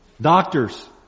Doctors